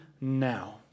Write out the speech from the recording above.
now